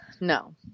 No